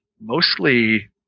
mostly